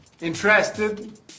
Interested